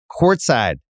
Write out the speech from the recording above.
courtside